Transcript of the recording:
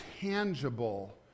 tangible